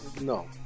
no